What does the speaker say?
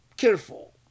careful